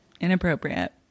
Inappropriate